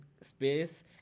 space